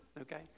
Okay